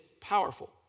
powerful